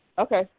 Okay